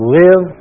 live